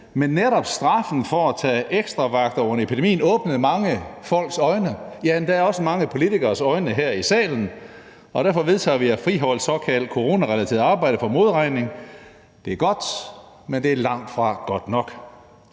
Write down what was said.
men netop straffen for at tage ekstra vagter under epidemien åbnede mange folks øjne, ja, endda også mange politikeres øjne her i salen. Og derfor vedtager vi at friholde såkaldt coronarelateret arbejde for modregning. Det er godt, men det er langt fra godt nok.